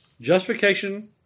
Justification